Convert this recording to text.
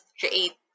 create